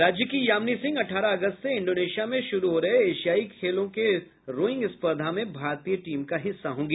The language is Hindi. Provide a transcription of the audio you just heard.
राज्य की यामिनी सिंह अठारह अगस्त से इंडोनेशिया में शुरू हो रहे एशियाई खेल के रोइंग स्पर्धा में भारतीय टीम का हिस्सा होगी